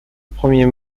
premier